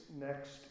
next